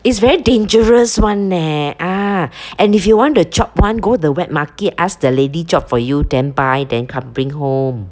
it's very dangerous [one] eh ah and if you want to chop one go the wet market ask the lady chop for you then buy then come bring home